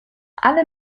alle